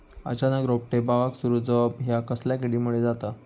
अचानक रोपटे बावाक सुरू जवाप हया कसल्या किडीमुळे जाता?